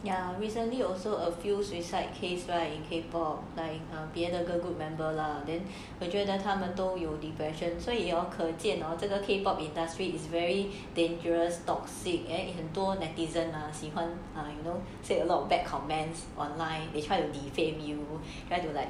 ya recently also a few suicide case like in K pop like in 别的 girl group member lah then 我觉得他们都有 depression 所以 hor 可见这个 K pop industry is very dangerous toxic and 很多 netizens 喜欢 you know say a lot of bad comments online they try to defame you try to like